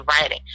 writing